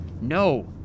No